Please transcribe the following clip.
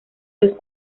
los